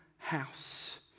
house